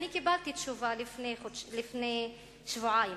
קיבלתי תשובה לפני שבועיים,